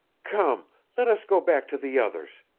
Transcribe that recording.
come let us go back to the others,